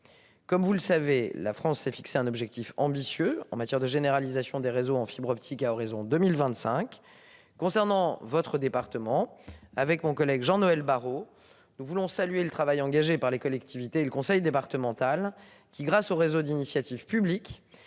Comme vous le savez, la France s'est fixé un objectif ambitieux en matière de généralisation des réseaux en fibre optique à horizon 2025 concernant votre département avec mon collègue, Jean-Noël Barrot. Nous voulons saluer le travail engagé par les collectivités et le conseil départemental qui grâce aux réseaux d'initiative publique